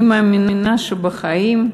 אני מאמינה שבחיים,